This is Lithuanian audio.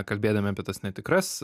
kalbėdami apie tas netikras